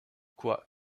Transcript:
quoi